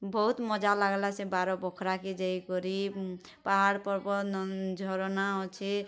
ବହୁତ୍ ମଜା ଲାଗ୍ଲା ସେ ବାରବଖ୍ରାକେ ଯାଇକରି ପାହାଡ଼୍ ପର୍ବତ୍ ଝରନା ଅଛେ